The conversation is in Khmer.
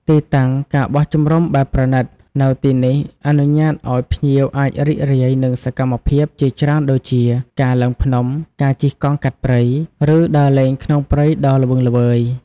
ទីតាំង ការបោះជំរំបែបប្រណីត នៅទីនេះអនុញ្ញាតឲ្យភ្ញៀវអាចរីករាយនឹងសកម្មភាពជាច្រើនដូចជា ការឡើងភ្នំ ការជិះកង់កាត់ព្រៃ ឬដើរលេងក្នុងព្រៃដ៏ធំល្វឹងល្វើយ។